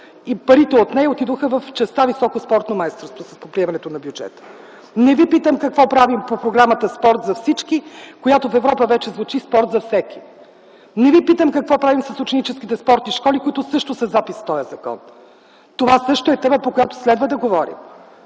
и парите от нея отидоха в частта „Високо спортно майсторство” при коментирането на бюджета. Не ви питам какво правим по програмата „Спорт за всички”, която в Европа вече звучи „Спорт за всеки”. Не ви питам какво правим с ученическите спортни школи, които също са запис в този закон. Това също е тема, по която следва да говорим,